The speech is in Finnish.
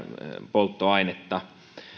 polttoainetta